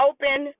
Open